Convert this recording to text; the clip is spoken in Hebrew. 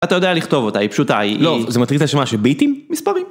אתה יודע לכתוב אותה, היא פשוטה, היא... לא, זה מטריד אותך לשמוע שביטים מספרים.